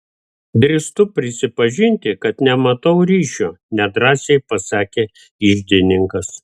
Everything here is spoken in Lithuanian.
drįstu prisipažinti kad nematau ryšio nedrąsiai pasakė iždininkas